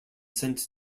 sent